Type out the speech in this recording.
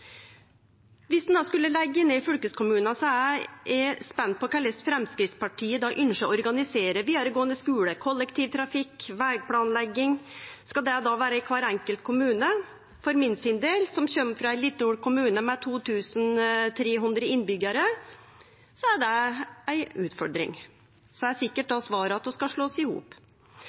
Viss ein skulle leggje ned fylkeskommunane, er eg spent på korleis Framstegspartiet ønskjer å organisere den vidaregåande skulen, kollektivtrafikken og vegplanlegginga. Skal det skje i kvar enkelt kommune? For meg, som kjem frå ein liten kommune med 2 300 innbyggjarar, er det ei utfordring. Svaret er sikkert at vi skal slåast i hop.